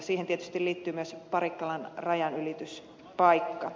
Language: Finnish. siihen tietysti liittyy myös parikkalan rajanylityspaikka